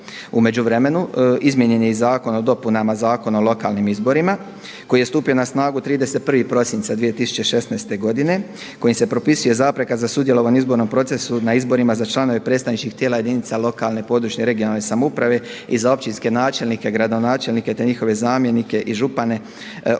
U međuvremenu izmijenjen je i Zakon o dopunama Zakona o lokalnim izborima koji je stupio na snagu 31. prosinca 2016. godine kojim se propisuje zapreka za sudjelovanje u izbornom procesu na izborima za članove predstavničkih tijela jedinica lokalne, područne (regionalne) samouprave i za općinske načelnike, gradonačelnike, te njihove zamjenike i župane osobama